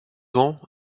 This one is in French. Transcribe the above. ans